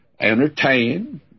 entertain